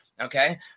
okay